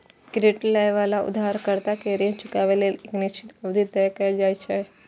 credit लए बला उधारकर्ता कें ऋण चुकाबै लेल एक निश्चित अवधि तय कैल जाइ छै